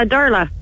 Darla